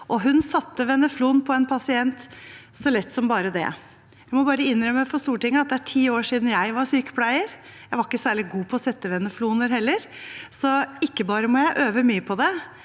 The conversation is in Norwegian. Hun satte veneflon på en pasient så lett som bare det. Jeg må bare innrømme for Stortinget at det er ti år siden jeg var sykepleier, og jeg var ikke særlig god på å sette venefloner. Så ikke bare må jeg øve mye på det,